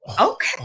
Okay